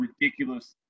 ridiculous